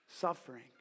suffering